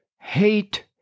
Hate